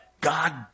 God